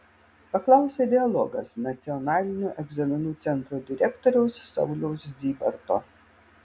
paklausė dialogas nacionalinio egzaminų centro direktoriaus sauliaus zybarto